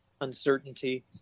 uncertainty